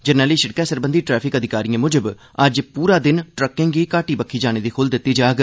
जरनैली सिड़कै सरबंघी ट्रैफिक अधिकारिए मुजब अज्ज पूरा दिन ट्रक्कें गी घाटी बक्खी जाने दी खुल्ल दित्ती जाग